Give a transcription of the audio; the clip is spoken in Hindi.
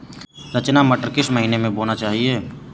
रचना मटर किस महीना में बोना चाहिए?